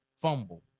Fumble